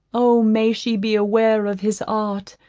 oh may she beware of his art,